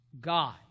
God